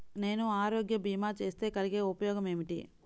నేను ఆరోగ్య భీమా చేస్తే కలిగే ఉపయోగమేమిటీ?